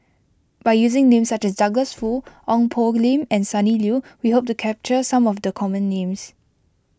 by using names such as Douglas Foo Ong Poh Lim and Sonny Liew we hope to capture some of the common names